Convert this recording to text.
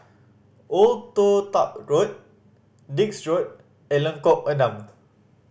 Old Toh Tuck Road Dix Road and Lengkok Enam